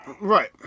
Right